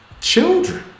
children